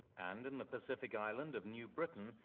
and in the pacific island of new britain,